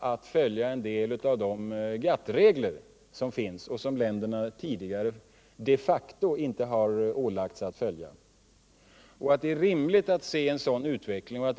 att följa en del av de GATT-regler som finns men som länderna tidigare de facto inte har ålagts att följa. En sådan utveckling är rimlig.